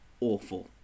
awful